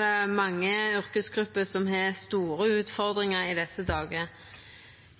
det mange yrkesgrupper som har store utfordringar i desse dagane.